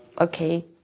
okay